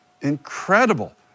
Incredible